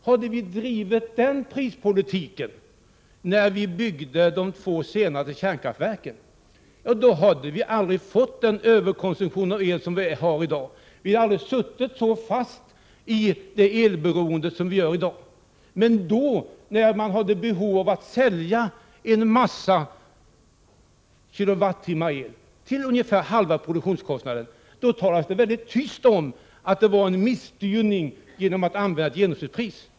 Hade vi drivit denna prispolitik när vi byggde de två senaste kärnkraftverken, hade vi aldrig fått den överkonsumtion av el som sker i dag. Vi hade inte heller suttit fast i elberoendet på det sätt som vi gör i dag. Men då — när man hade behov av att sälja en massa kilowattimmar el, och det till ungefär halva produktionskostnaden — talades det väldigt tyst om att det var en felaktig styrning att använda ett genomsnittspris.